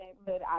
neighborhood